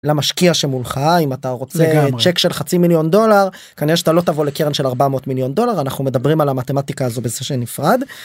למשקיע שמולך אם אתה רוצה לגמרי צ'ק של חצי מיליון דולר כנראה שאתה לא תבוא לקרן של 400 מיליון דולר אנחנו מדברים על המתמטיקה הזו בסשן נפרד.